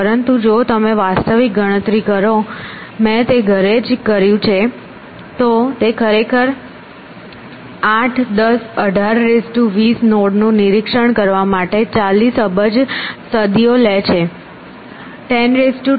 પરંતુ જો તમે વાસ્તવિક ગણતરી કરો મેં તે ઘરે જ કર્યું છે તો તે ખરેખર 8 10 18 20 નોડ નું નિરીક્ષણ કરવા માટે 40 અબજ સદીઓ લે છે